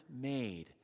made